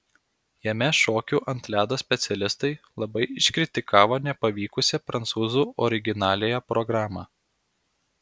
jame šokių ant ledo specialistai labai iškritikavo nepavykusią prancūzų originaliąją programą